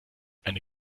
eine